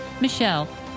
Michelle